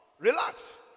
Relax